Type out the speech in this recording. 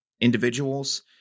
individuals